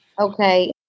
Okay